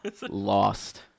lost